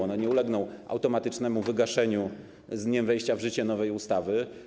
One nie ulegną automatycznemu wygaszeniu z dniem wejścia w życie nowej ustawy.